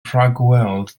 rhagweld